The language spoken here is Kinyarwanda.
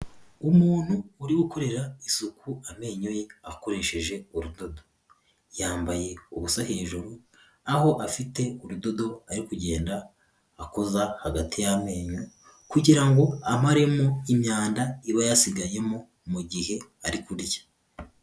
Umuntu uri gukorera isuku amenyo ye, akoresheje urudodo. Yambaye ubusa hejuru, aho afite urudodo ariyo kugenda akoza hagati y'amenyo, kugira ngo amaremo imyanda iba yasigayemo, mu gihe ari kurya.